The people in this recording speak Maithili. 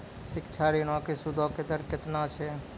शिक्षा ऋणो के सूदो के दर केतना छै?